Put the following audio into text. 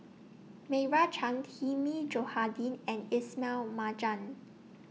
Meira Chand Hilmi Johandi and Ismail Marjan